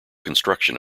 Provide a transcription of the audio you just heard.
construction